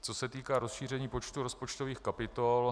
Co se týká rozšíření počtu rozpočtových kapitol.